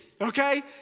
okay